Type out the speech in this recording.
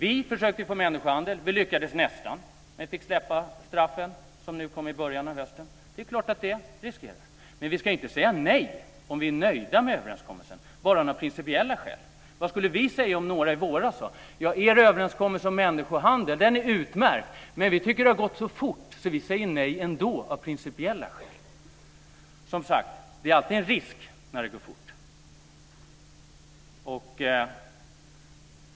Vi försökte få med människohandel. Vi lyckades nästan, men vi fick släppa diskussionen om straff, som kom i början av hösten. Det är klart att det finns en risk för det, men vi ska inte säga nej av principiella skäl om vi är nöjda med överenskommelsen. Jag undrar vad vi skulle ha tyckt om något land i våras sade så här: Er överenskommelse om människohandel är utmärkt, men vi tycker att det har gått så fort att vi ändå säger nej av principiella skäl. Det finns alltid en risk när det går fort.